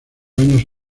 años